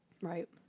Right